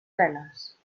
veles